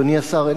אדוני השר,